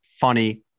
funny